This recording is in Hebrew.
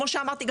כמו שאמרתי,